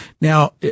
Now